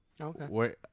Okay